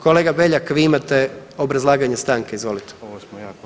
Kolega Beljak, vi imate obrazlaganje stanke, izvolite.